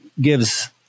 gives